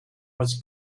was